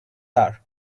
are